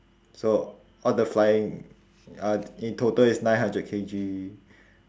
so all the flying uh in total it's nine hundred K_G